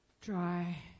Dry